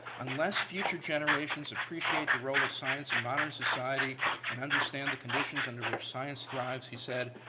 unless future generations appreciate the role of science in modern society and understand the conditions under which science thrives, he said,